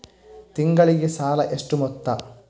ತಿಂಗಳಿಗೆ ಸಾಲ ಎಷ್ಟು ಮೊತ್ತ?